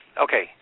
Okay